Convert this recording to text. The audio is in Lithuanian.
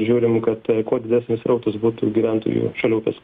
žiūrim kad kuo didesnius srautus būtų gyventojų šalia upės